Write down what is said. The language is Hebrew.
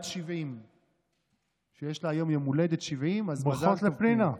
בת 70. יש לה היום יום הולדת 70. ברכות לפנינה.